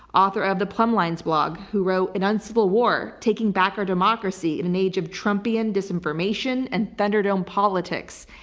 author of the plum lines blog who wrote an uncivil war taking back our democracy in an age of trumpian disinformation and thunder dome politics.